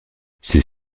ses